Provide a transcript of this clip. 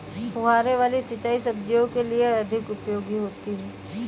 फुहारे वाली सिंचाई सब्जियों के लिए अधिक उपयोगी होती है?